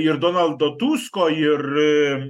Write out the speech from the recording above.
ir donaldo tusko ir